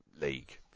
League